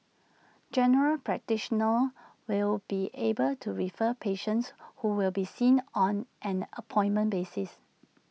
general practitioners will be able to refer patients who will be seen on an appointment basis